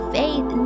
faith